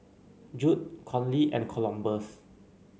Judd Conley and Columbus